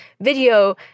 video